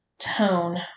tone